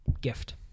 gift